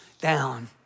down